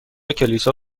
کلیسا